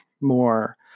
more